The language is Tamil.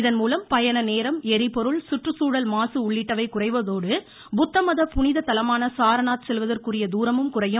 இதன்மூலம் பயண நேரம் எரிபொருள் சுற்றுச்சூழல் மாசு உள்ளிட்டவை குறைவதோடு புத்த மத புனித தலமான சாரநாத் செல்வதற்குரிய தூரமும் குறையும்